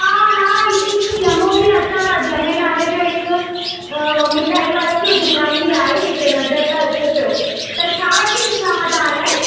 हा हा हिकु हिकु ॼमूं बि अथव ॼमे नाले जो हिकु मिठाई वारे जो दुकानु बि आहे हिते नज़र त अचे पियो त छा वठी अचां मां तव्हां लाइ